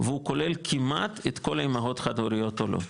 והוא כולל כמעט את כל האימהות החד הוריות העולות,